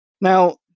Now